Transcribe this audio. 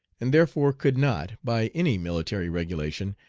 and therefore could not, by any military regulation,